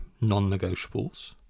non-negotiables